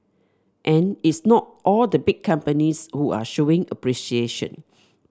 and it's not all the big companies who are showing appreciation